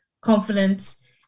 confidence